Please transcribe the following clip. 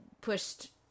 pushed